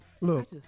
look